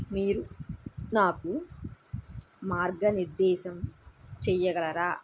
మీరు నాకు మార్గ నిర్దేశం చెయ్యగలరా